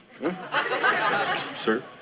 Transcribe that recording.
Sir